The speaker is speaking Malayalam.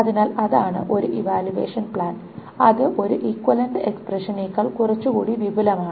അതിനാൽ അതാണ് ഒരു ഇവാലുവേഷൻ പ്ലാൻ അത് ഒരു ഇക്വിവാലെന്റ എക്സ്പ്രഷനെക്കാൾ കുറച്ചുകൂടി വിപുലമാണ്